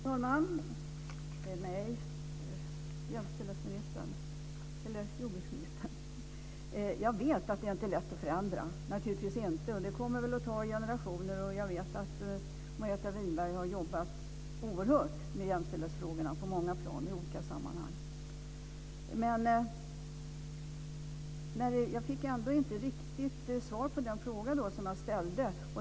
Fru talman! Jag vet att det inte är lätt att förändra. Det kommer att ta generationer. Jag vet att Margareta Winberg har jobbat oerhört mycket med jämställdhetsfrågorna på många plan i olika sammanhang. Jag fick ändå inte riktigt svar på den fråga som jag ställde.